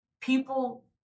People